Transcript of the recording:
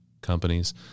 companies